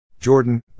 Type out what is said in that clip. Jordan